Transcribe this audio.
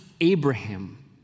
Abraham